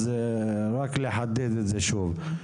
אז רק לחדד את זה שוב.